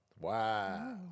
Wow